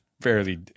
fairly